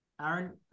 Aaron